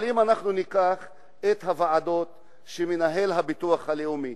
אם ניקח את הוועדות שמנהל הביטוח הלאומי,